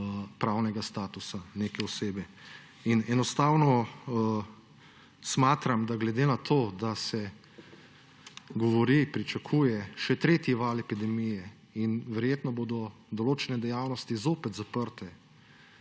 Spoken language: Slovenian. pravnega statusa neke osebe. Glede na to, da se govori, pričakuje še tretji val epidemije, in verjetno bodo določene dejavnosti zopet zaprte,